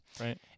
Right